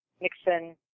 Nixon